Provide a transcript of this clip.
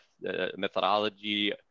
methodology